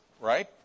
right